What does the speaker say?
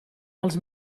dels